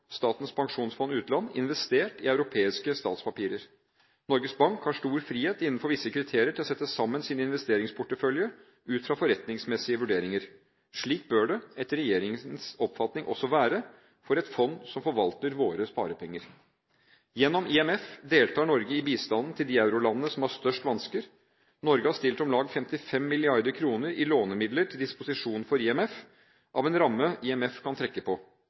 Statens pensjonsfond utland, investert i europeiske statspapirer. Norges Bank har stor frihet, innenfor visse kriterier, til å sette sammen sin investeringsportefølje ut fra forretningsmessige vurderinger. Slik bør det etter regjeringens oppfatning også være for et fond som forvalter våre sparepenger. Gjennom IMF deltar Norge i bistanden til de eurolandene som har størst vansker. Norge har stilt om lag 55 mrd. kr i lånemidler til disposisjon for IMF, i form av en ramme IMF kan trekke på.